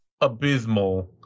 abysmal